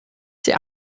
sie